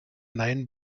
nein